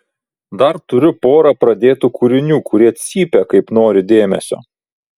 dar turiu porą pradėtų kūrinių kurie cypia kaip nori dėmesio